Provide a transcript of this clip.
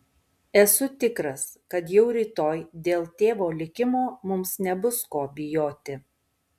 esu tikras kad jau rytoj dėl tėvo likimo mums nebus ko bijoti